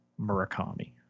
Murakami